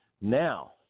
Now